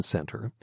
Center